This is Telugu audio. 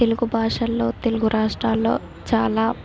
తెలుగు భాషల్లో తెలుగు రాష్ట్రాల్లో చాలా